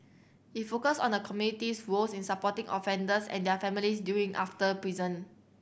it focus on the community's role in supporting offenders and their families during after prison